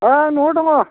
ओं न'आव दङ